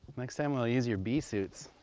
next time i'll use your bee suits.